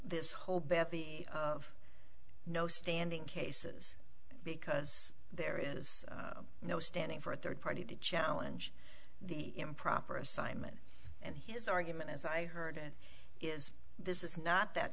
this whole bit the no standing cases because there is no standing for a third party to challenge the improper assignment and his argument as i heard it is this is not that